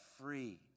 free